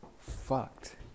fucked